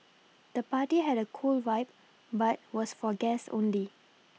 the party had a cool vibe but was for guest only